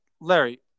Larry